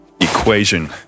equation